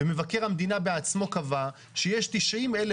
ומבקר המדינה בעצמו קבע שיש 90,000